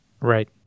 Right